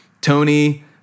Tony